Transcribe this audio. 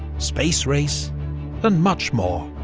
space race and much more.